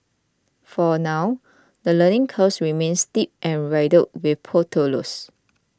for now the learning curve remains steep and riddled with potholes